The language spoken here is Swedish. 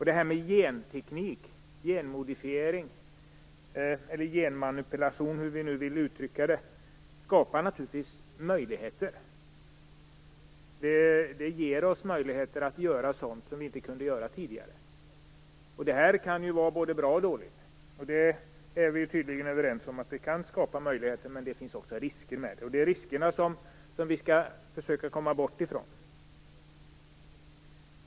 Det här med genteknik, genmodifiering, genmanipulation - eller hur vi nu vill uttrycka det - skapar naturligtvis möjligheter. Det ger oss möjligheter att göra sådant som vi inte kunde göra tidigare. Det kan vara både bra och dåligt. Vi är tydligen överens om att detta kan skapa möjligheter men att det också finns risker. Och det är riskerna som vi skall försöka komma bort från.